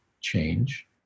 change